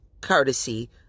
courtesy